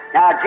Now